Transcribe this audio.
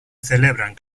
celebran